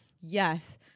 Yes